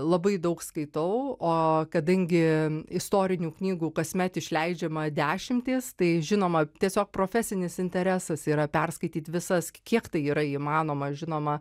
labai daug skaitau o kadangi istorinių knygų kasmet išleidžiama dešimtys tai žinoma tiesiog profesinis interesas yra perskaityt visas kiek tai yra įmanoma žinoma